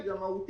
היא גם מהותית.